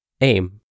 Aim